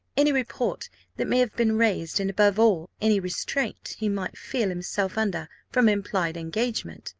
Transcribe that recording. any report that may have been raised, and above all, any restraint he might feel himself under from implied engagement,